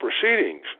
proceedings